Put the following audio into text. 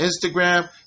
Instagram